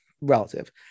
relative